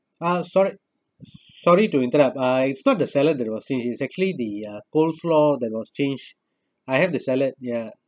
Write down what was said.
uh sorry sorry to interrupt uh it's not the salad that was changed is actually the uh coleslaw that was changed I have the salad ya